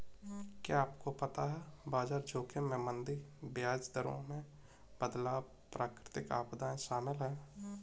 क्या आपको पता है बाजार जोखिम में मंदी, ब्याज दरों में बदलाव, प्राकृतिक आपदाएं शामिल हैं?